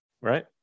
right